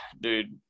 dude